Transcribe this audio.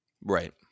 Right